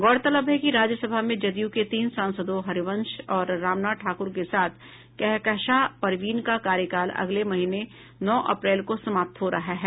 गौरतलब है कि राज्यसभा में जदयू के तीन सांसदों हरिवंश और रामनाथ ठाकुर के साथ कहकशां परवीन का कार्यकाल अगले महीने नौ अप्रैल को समाप्त हो रहा है